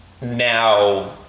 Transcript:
now